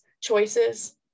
choices